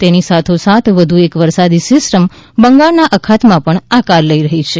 તેની સાથોસાથ વધુ એક વરસાદી સિસ્ટમ બંગાળના અખાતમાં પણ આકાર લઈ રહી છે